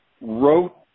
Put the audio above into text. wrote